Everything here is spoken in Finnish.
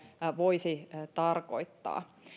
voisi mahdollisesti tarkoittaa suomelle